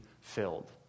filled